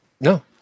No